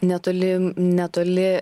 netoli netoli